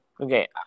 Okay